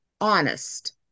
honest